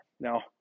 Now